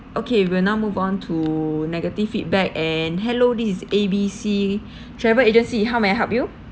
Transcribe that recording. okay we are now move on to negative feedback and hello this is A B C travel agency how may I help you